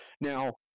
Now